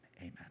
Amen